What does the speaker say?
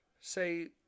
say